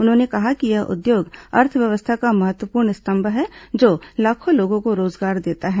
उन्होंने कहा कि यह उद्योग अर्थव्यवस्था का महत्वपूर्ण स्तंभ है जो लाखों लोगों को रोजगार देता है